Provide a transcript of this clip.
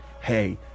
Hey